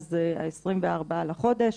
מאז ה-24 לחודש,